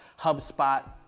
HubSpot